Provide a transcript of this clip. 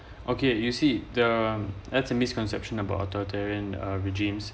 okay you see the that's a misconception about authoritarian regimes